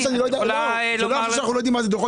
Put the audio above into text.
אנחנו יודעים טוב מאוד מה זה דוחות